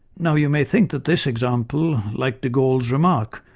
now you may think that this example, like de gaulle's remark,